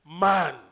man